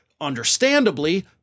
understandably